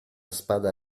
spada